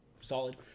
solid